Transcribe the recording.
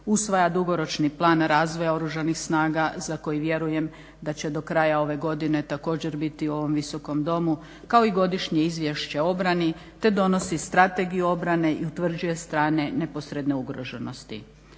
usvaja dugoročni plan razvoja Oružanih snaga za koji vjerujem da će do kraja ove godine također biti u ovom Visokom domu kao i godišnje izvješće o obrani te donosi strategiju obrane i utvrđuje strane neposredne ugroženosti.